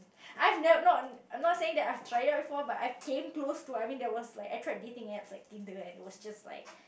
I've never no I'm not saying that I've tried out before but I've came close to I mean there was like I tried dating apps like Tinder and it was just like